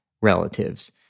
relatives